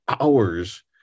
hours